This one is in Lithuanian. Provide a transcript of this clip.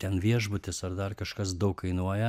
ten viešbutis ar dar kažkas daug kainuoja